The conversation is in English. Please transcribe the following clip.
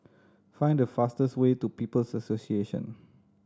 find the fastest way to People's Association